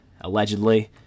allegedly